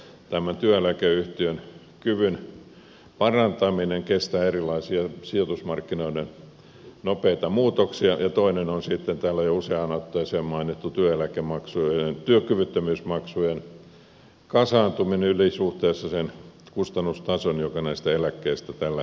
tämä työeläkeyhtiön kyvyn parantaminen kestää erilaisia sijoitusmarkkinoiden nopeita muutoksia ja toinen on sitten täällä jo useaan otteeseen mainittu työkyvyttömyysmaksujen kasaantuminen yli suhteessa sen kustannustason joka näistä eläkkeistä tällä hetkellä aiheutuu